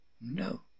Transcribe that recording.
No